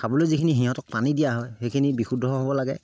খাবলৈ যিখিনি সিহঁতক পানী দিয়া হয় সেইখিনি বিশুদ্ধ হ'ব লাগে